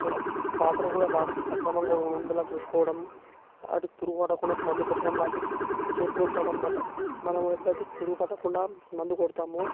water కూడా water సక్రమంగా ఉండేలా చూసుకోవడం అటు పురుగు పట్టకుండా మందు కొట్టడం లాంటివి చేస్తూ ఉంటామన్నమాట మనం ఎప్పుడైతే పురుగు పట్టకుండా మందు కొడతామో